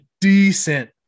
decent